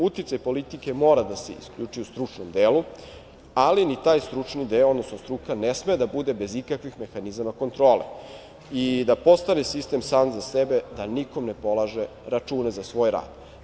Uticaj politike mora da se isključi u stručnom delu, ali ni taj stručni deo, odnosno struka ne sme da bude bez ikakvih mehanizama kontrole i da postane sistem sam za sebe, da nikome ne polaže račune za svoj rad.